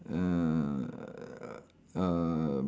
err err